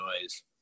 noise